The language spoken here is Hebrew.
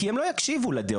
כי הם לא יקשיבו לדעות.